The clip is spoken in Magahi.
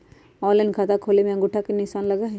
ऑनलाइन खाता खोले में अंगूठा के निशान लगहई?